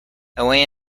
away